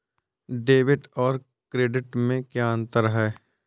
Debit और credit में क्या अंतर है?